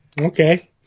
Okay